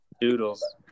Doodles